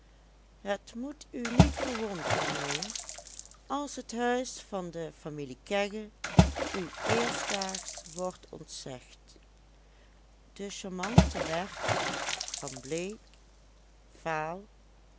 het moet u niet verwonderen mijnheer als het huis van de familie kegge u eerstdaags wordt ontzegd de charmante werd van bleek vaal